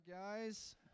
Guys